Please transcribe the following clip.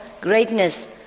greatness